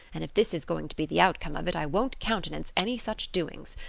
and if this is going to be the outcome of it, i won't countenance any such doings.